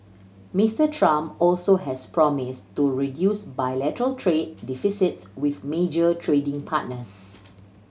Mister Trump also has promise to reduce bilateral trade deficits with major trading partners